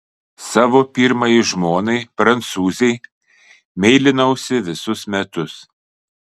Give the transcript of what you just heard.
savo pirmajai žmonai prancūzei meilinausi visus metus